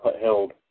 held